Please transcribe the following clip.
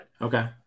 Okay